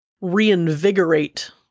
reinvigorate